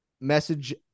Message